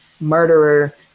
murderer